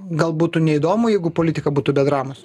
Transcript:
gal būtų neįdomu jeigu politika būtų be dramos